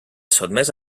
sotmès